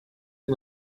bin